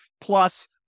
plus